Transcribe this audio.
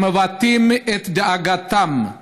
שמבטאים את דאגתם,